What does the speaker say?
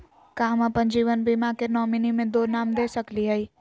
का हम अप्पन जीवन बीमा के नॉमिनी में दो नाम दे सकली हई?